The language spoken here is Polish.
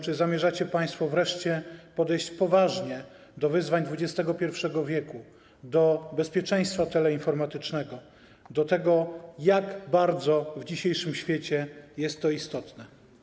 Czy zamierzacie państwo wreszcie podejść poważnie do wyzwań XXI w., do bezpieczeństwa teleinformatycznego, do tego, jak bardzo w dzisiejszym świecie jest to istotne?